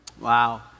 Wow